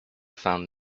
found